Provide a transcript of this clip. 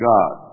God